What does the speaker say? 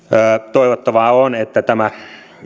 toivottavaa on että tämä